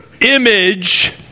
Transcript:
image